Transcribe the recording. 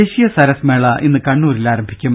ദേശീയ സരസ് മേള ഇന്ന് കണ്ണൂരിൽ ആരംഭിക്കും